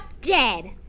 dead